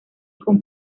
con